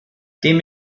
dem